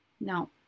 No